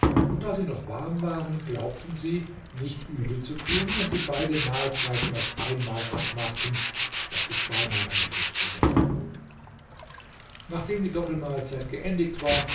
und da sie noch warm waren glaubten sie nicht übel zu tun wenn sie beide mahlzeiten auf einmal abmachten statt sich zweimal an den tisch zu setzen nachdem die doppelmahlzeit geendigt war